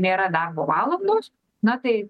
nėra darbo valandos na tai